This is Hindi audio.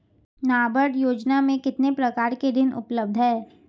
नाबार्ड योजना में कितने प्रकार के ऋण उपलब्ध हैं?